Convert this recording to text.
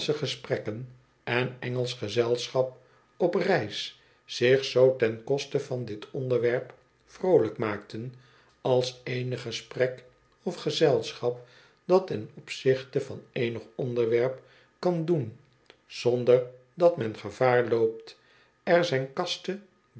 gesprekken en eugelsch gezelschap op reis zich zoo ten koste van dit onderwerp vroolijk maakten als eenig gesprek of gezelschap dat ten opzichte van eenig onderwerp kan doen zonder dat men gevaar loopt er zijn kaste